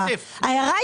ההערה,